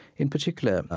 in particular,